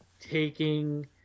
Taking